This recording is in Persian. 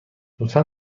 لطفا